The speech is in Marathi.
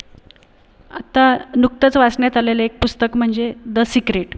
आत्ता नुकतंच वाचण्यात आलेलं एक पुस्तक म्हणजे द सीक्रेट